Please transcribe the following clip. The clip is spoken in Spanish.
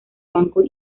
banco